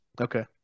Okay